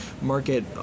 market